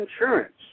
Insurance